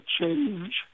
change